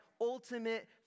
Ultimate